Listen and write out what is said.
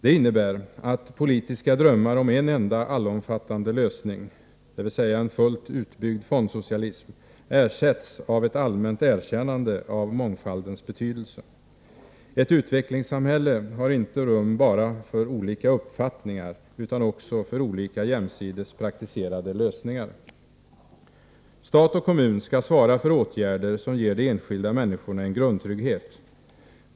Det innebär att politiska drömmar om en enda allomfattande lösning — dvs. en fullt utbyggd fondsocialism — ersätts av ett allmänt erkännande av mångfaldens betydelse. Ett utvecklingssamhälle har inte rum bara för olika uppfattningar utan också för olika jämsides praktiserade lösningar. Stat och kommun skall svara för åtgärder som ger de enskilda människorna en grundtrygghet.